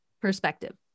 perspective